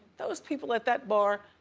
those people at that bar,